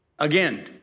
Again